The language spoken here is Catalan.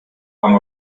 amb